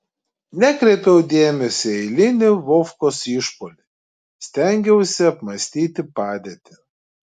nekreipiau dėmesio į eilinį vovkos išpuolį stengiausi apmąstyti padėtį